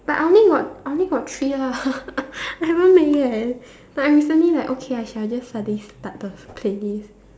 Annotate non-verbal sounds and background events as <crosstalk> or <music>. but I only got I only got three ah <laughs> I haven't make yet but I recently like okay I shall just suddenly start the playlist